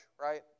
right